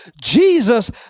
Jesus